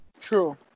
True